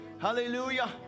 Hallelujah